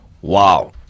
wow